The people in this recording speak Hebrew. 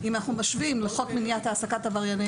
אם אנחנו משווים לחוק מניעת העסקת עברייני